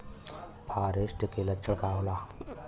फारेस्ट के लक्षण का होला?